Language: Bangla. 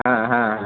হ্যাঁ হ্যাঁ